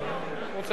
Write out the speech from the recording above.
רוב, רוצה להמשיך?